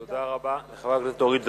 תודה רבה לחברת הכנסת אורית זוארץ.